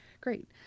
Great